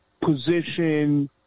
position